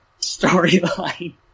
storyline